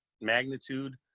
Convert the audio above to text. magnitude